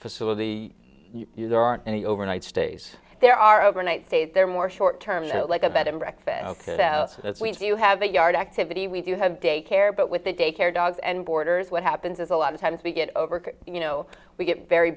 years there aren't any overnight stays there are overnight stays there more short term like a bed and breakfast if we do have a yard activity we do have daycare but with the daycare dogs and boarders what happens is a lot of times we get over you know we get very